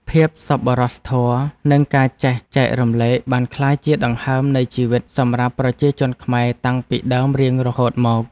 ភាពសប្បុរសធម៌និងការចេះចែករំលែកបានក្លាយជាដង្ហើមនៃជីវិតសម្រាប់ប្រជាជនខ្មែរតាំងពីដើមរៀងរហូតមក។